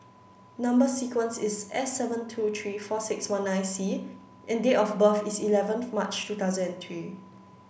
number sequence is S seven two three four six one nine C and date of birth is eleven March two thousand and three